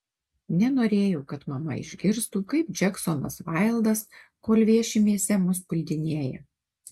nenorėjau kad mama išgirstų kaip džeksonas vaildas kol vieši mieste mus puldinėja